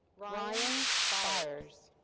ryan byers.